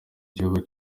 igihugu